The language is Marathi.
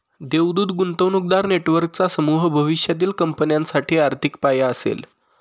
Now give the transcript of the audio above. देवदूत गुंतवणूकदार नेटवर्कचा समूह भविष्यातील कंपन्यांसाठी आर्थिक पाया असेल